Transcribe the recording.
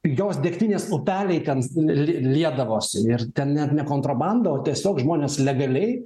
pigios degtinės upeliai ten lie liedavosi ir ten net ne kontrabanda o tiesiog žmonės legaliai